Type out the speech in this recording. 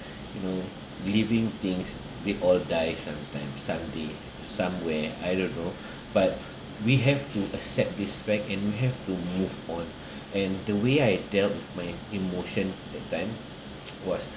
you know living things they all die sometime someday somewhere I don't know but we have to accept this fact and we have to move on and the way I dealt with my emotion that time was